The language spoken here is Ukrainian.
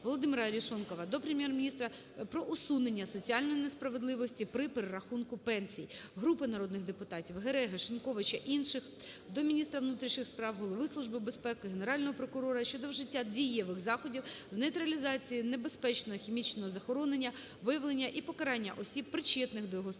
ВолодимираАрешонкова до Прем'єр-міністра про усунення соціальної несправедливості при перерахунку пенсій. Групи народних депутатів (Гереги, Шиньковича, інших) до міністра внутрішніх справ, Голови Служби безпеки, Генерального прокурора щодо вжиття дієвих заходів з нейтралізації небезпечного хімічного захоронення, виявлення і покарання осіб, причетних до його створення